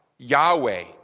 Yahweh